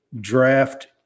draft